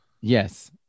Yes